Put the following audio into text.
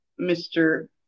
Mr